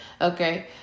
Okay